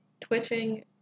twitching